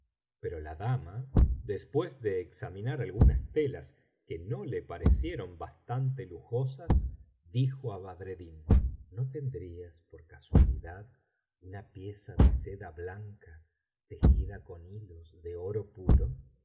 pero la dama después de examinar algunas telas que no le parecieron bastante lujosas dijo á badreddin no tendrías por casualidad una pieza de seda blanca tejida con hilos de oro puro y